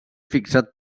fixat